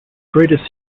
greatest